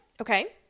okay